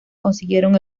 consiguieron